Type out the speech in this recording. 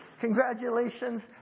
Congratulations